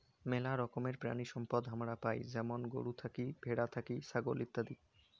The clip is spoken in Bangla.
মেলা রকমের প্রাণিসম্পদ হামারা পাই যেমন গরু থাকি, ভ্যাড়া থাকি, ছাগল ইত্যাদি